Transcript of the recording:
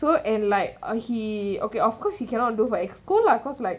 so and like uh he okay of course he cannot go for EXCO lah cause like